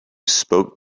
spoke